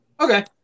Okay